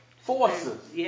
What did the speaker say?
forces